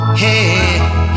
hey